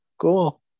cool